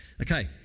Okay